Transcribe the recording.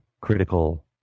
critical